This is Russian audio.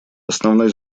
основной